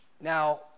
Now